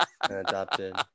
adopted